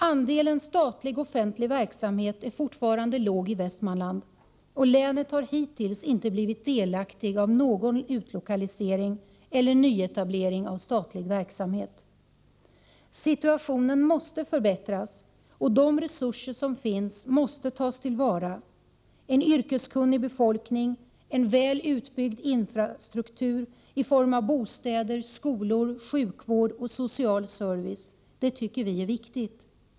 Andelen statlig offentlig verksamhet är fortfarande låg i Västmanland, och länet har hittills inte fått del av någon utlokalisering eller nyetablering av statlig verksamhet. Situationen måste förbättras, och de resurser som finns — en yrkeskunnig befolkning och en väl utbyggd infrastruktur i form av bostäder, skolor, sjukvård och social service — måste tas till vara. Det tycker vi är viktigt.